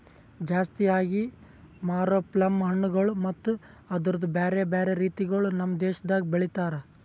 ಜಾಸ್ತಿ ಆಗಿ ಮಾರೋ ಪ್ಲಮ್ ಹಣ್ಣುಗೊಳ್ ಮತ್ತ ಅದುರ್ದು ಬ್ಯಾರೆ ಬ್ಯಾರೆ ರೀತಿಗೊಳ್ ನಮ್ ದೇಶದಾಗ್ ಬೆಳಿತಾರ್